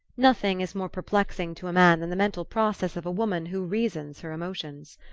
nothing is more perplexing to man than the mental process of a woman who reasons her emotions.